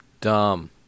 Dumb